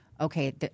okay